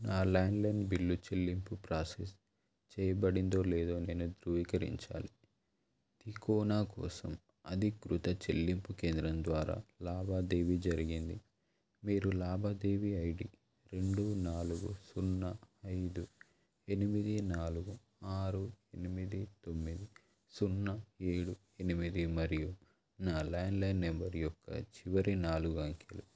నా ల్యాండ్లైన్ బిల్లు చెల్లింపు ప్రాసెస్ చేయబడిందో లేదో నేను ధృవీకరించాలి తికోనా కోసం అధీకృత చెల్లింపు కేంద్రం ద్వారా లావాదేవీ జరిగింది మీరు లాభాదేవీ ఐడి రెండు నాలుగు సున్నా ఐదు ఎనిమిది నాలుగు ఆరు ఎనిమిది తొమ్మిది సున్నా ఏడు ఎనిమిది మరియు నా ల్యాండ్లైన్ నెంబర్ యొక్క చివరి నాలుగు అంకెలు